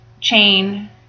chain